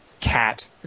cat